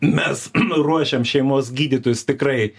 mes ruošiam šeimos gydytojus tikrai